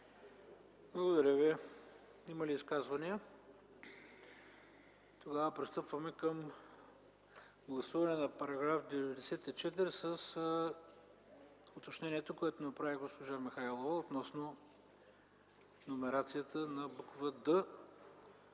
Благодаря Ви. Има ли изказвания? Няма. Тогава пристъпваме към гласуване на § 94 с уточнението, което направи госпожа Михайлова относно номерацията на буква